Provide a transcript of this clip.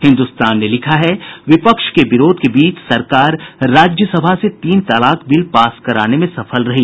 हिन्दुस्तान ने लिखा है विपक्ष के विरोध के बीच सरकार राज्यसभा से तीन तलाक बिल पास कराने में सफल रही